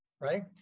right